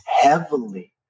heavily